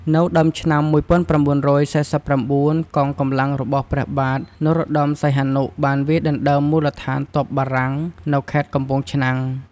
នៅដើមឆ្នាំ ១៩៤៩ កងកម្លាំងរបស់ព្រះបាទ នរោត្តមសីហនុ បានវាយដណ្ដើមមូលដ្ឋានទ័ពបារាំងនៅខេត្តកំពង់ឆ្នាំង ។